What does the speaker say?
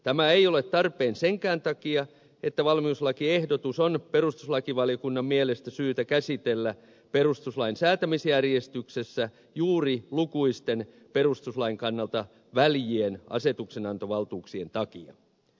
tämä ei ole tarpeen senkään takia että valmiuslakiehdotus on perustuslakivaliokunnan mielestä syytä käsitellä perustuslain säätämisjärjestyksessä juuri lukuisten perustuslain kannalta väljien asetuksenantovaltuuksien takia